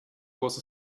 was